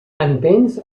entens